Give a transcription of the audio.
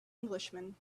englishman